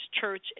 Church